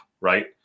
right